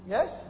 Yes